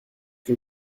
que